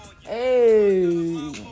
Hey